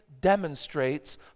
demonstrates